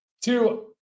Two